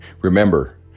Remember